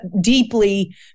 deeply